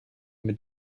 mit